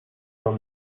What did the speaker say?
from